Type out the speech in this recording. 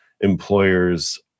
employers